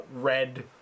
red